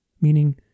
meaning